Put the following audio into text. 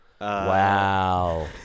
Wow